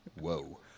Whoa